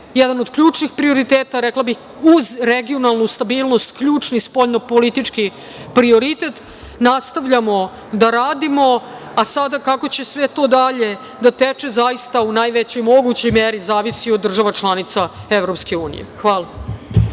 jedan od ključnih prioriteta, rekla bih, u regionalnu stabilnost, ključni spoljnopolitički prioritet. Nastavljamo da radimo, a sada kako će sve to dalje da teče, zaista u najvećoj mogućoj meri zavisi od država članica EU. Hvala.